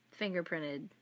fingerprinted